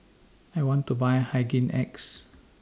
I want to Buy Hygin X